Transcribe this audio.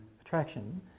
attraction